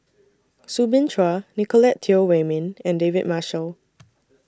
Soo Bin Chua Nicolette Teo Wei Min and David Marshall